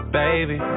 baby